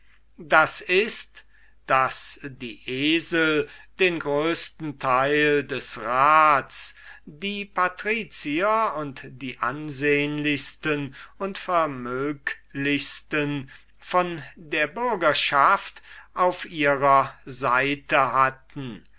d i daß die esel den größten teil des rats die patricier und die ansehnlichsten und vermöglichsten von der bürgerschaft auf ihrer seite hatten